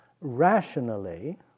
Rationally